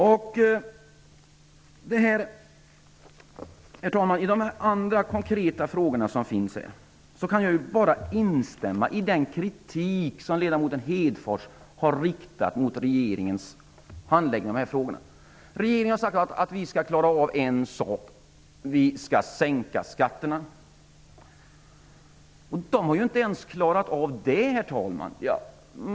Herr talman! Vad gäller de andra konkreta frågorna som tagits upp här kan jag bara instämma i den kritik som ledamoten Hedfors riktade mot regeringens handläggning av dessa frågor. Regeringen har sagt att de skall klara av en sak, nämligen att sänka skatterna. Men inte ens det har man klarat av, herr talman!